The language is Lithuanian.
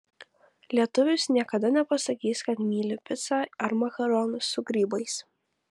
lietuvis niekada nepasakys kad myli picą ar makaronus su grybais